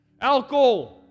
Alcohol